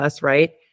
right